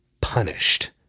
punished